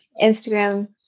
Instagram